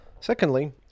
Secondly